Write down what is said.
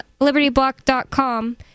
LibertyBlock.com